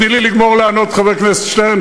תני לגמור לענות לחבר הכנסת שטרן,